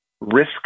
risk